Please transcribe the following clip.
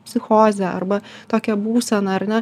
psichozę arba tokią būseną ar ne